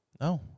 No